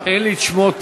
אין לי שמות